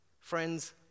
Friends